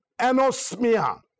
anosmia